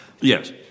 Yes